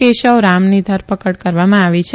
કેશવ રામની ધરપકડ કરવામાં આવી છે